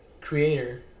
creator